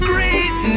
Great